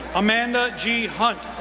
amanda g. hunt,